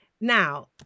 Now